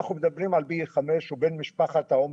אנחנו בדיון לתקצוב הפיילוט לקוצב וגאלי המיועד לחולים עם דיכאון עמיד.